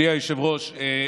אדוני היושב-ראש,